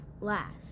last